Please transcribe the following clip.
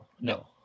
No